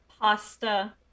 pasta